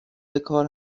بکار